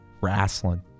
wrestling